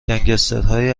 گنسگترهای